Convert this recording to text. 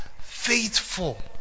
faithful